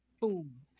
boom